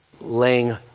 laying